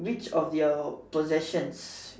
which of your possessions